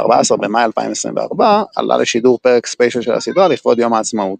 ב-14 במאי 2024 עלה לשידור פרק ספיישל של הסדרה לכבוד יום העצמאות.